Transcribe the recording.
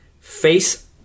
Face